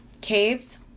caves